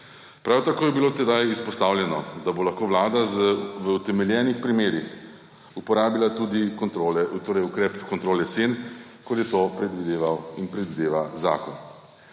Prav tako je bilo tedaj izpostavljeno, da bo lahko vlada v utemeljenih primerih uporabila tudi ukrep kontrole cen, kot je to predvideval in predvideva zakon.